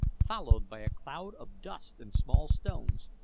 followed by a cloud of dust and small stones,